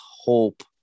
hope